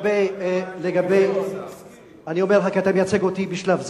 אני רק אומר: אתה מייצג אותי בשלב זה,